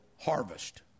harvest